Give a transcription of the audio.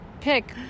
pick